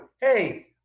hey